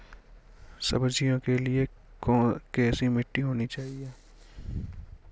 सब्जियों के लिए कैसी मिट्टी होनी चाहिए?